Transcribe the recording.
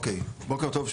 בוקר טוב,